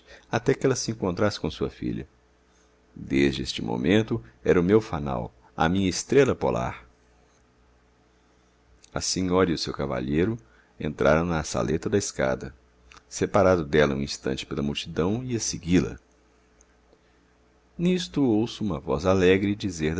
até que ela se encontrasse com sua filha desde este momento era o meu fanal a minha estrela polar a senhora e o seu cavalheiro entraram na saleta da escada separado dela um instante pela multidão ia segui-la nisto ouço uma voz alegre dizer